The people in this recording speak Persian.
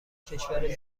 کشور